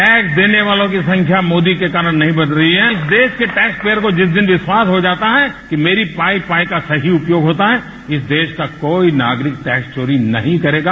tax देने वालों की संख्या मोदी के कारण नहीं बढ रही है इस देश के टैक्स पेयर को जिस दिन विश्वास हो जाता है कि मेरी पाई पाई का सही उपयोग होता है इस देश का कोई नागरिक टैक्स चोरी नहीं करेगा